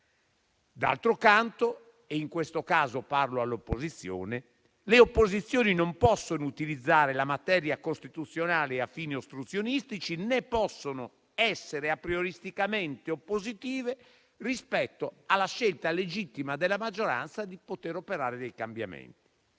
D'altro canto, in questo caso parlo all'opposizione, le opposizioni non possono utilizzare la materia costituzionale a fini ostruzionistici, né possono essere aprioristicamente oppositive rispetto alla scelta legittima della maggioranza di operare cambiamenti.